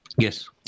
Yes